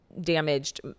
damaged